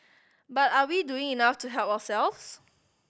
but are we doing enough to help ourselves